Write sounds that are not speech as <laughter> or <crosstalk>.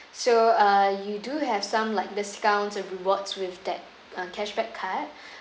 so uh you do have some like discounts and rewards with that uh cashback card <breath>